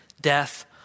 death